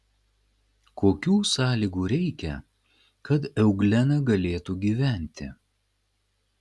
kokių sąlygų reikia kad euglena galėtų gyventi